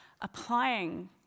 applying